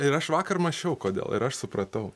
ir aš vakar mąsčiau kodėl ir aš supratau